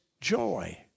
joy